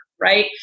right